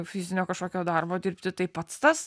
fizinio kažkokio darbo dirbti tai pats tas